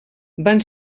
van